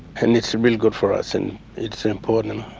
and it's really good for us and it's important,